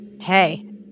Hey